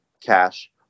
cash